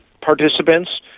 participants